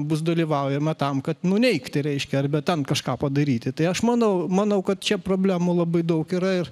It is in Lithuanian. bus dalyvaujama tam kad nuneigti reiškia arba ten kažką padaryti tai aš manau manau kad čia problemų labai daug yra ir